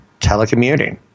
telecommuting